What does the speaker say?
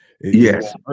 yes